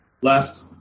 left